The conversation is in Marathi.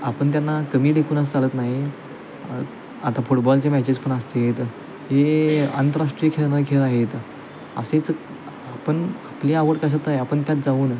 आपण त्यांना कमी लेखून चालत नाही आता फुटबॉलचे मॅचेस पण असते तर हे आंतरराष्ट्रीय खेळणारे खेळ आहेत असेच आपण आपली आवड कशात आहे आपण त्यात जाऊन